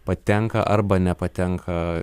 patenka arba nepatenka